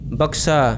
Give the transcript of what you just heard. baksa